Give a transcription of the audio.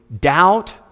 doubt